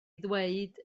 ddweud